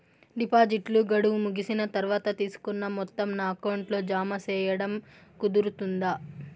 డిపాజిట్లు గడువు ముగిసిన తర్వాత, తీసుకున్న మొత్తం నా అకౌంట్ లో జామ సేయడం కుదురుతుందా?